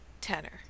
tenor